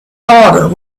harder